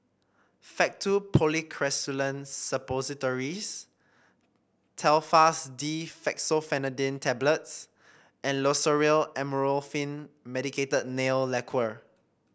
Faktu Policresulen Suppositories Telfast D Fexofenadine Tablets and Loceryl Amorolfine Medicated Nail Lacquer